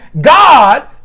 God